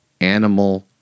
animal